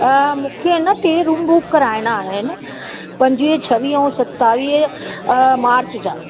मूंखे आहे न टे रूम बुक कराइणा आहिनि पंजुवीह छवीह ऐं सतावीह मार्च जा